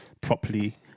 properly